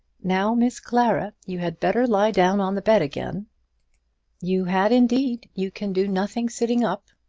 now, miss clara, you had better lie down on the bed again you had indeed you can do nothing sitting up.